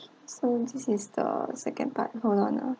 so this is the second part hold on ah